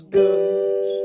good